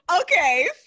Okay